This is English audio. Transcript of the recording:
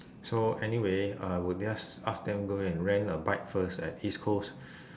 so anyway I will just ask them go and rent a bike first at east coast